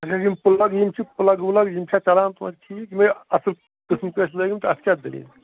اگر یِم پٕلَگ یِم چھِ پٕلَگ وٕلَگ یِم چھےٚ چَلان تویتہِ ٹھیٖک یِمَے اَصٕل قٕسٕمکۍ ٲسۍ لٲگۍمٕتۍ تہٕ اَتھ کیٛاہ دٔلیٖل